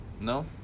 No